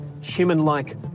human-like